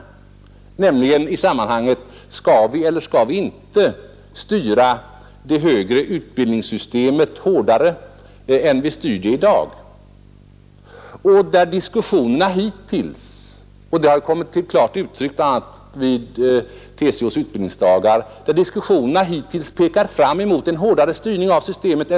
Sammanhanget gäller då om vi skall eller inte skall styra det högre utbildningssystemet hårdare än som sker i dag. Vid TCO:s utbildningsdagar har diskussionerna pekat fram mot en hårdare styrning av systemet.